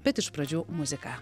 bet iš pradžių muzika